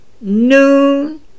noon